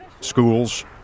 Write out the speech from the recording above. Schools